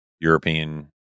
European